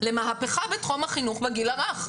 למהפכה בתחום החינוך לגיל הרך.